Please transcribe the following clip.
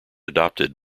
adopted